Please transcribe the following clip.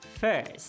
First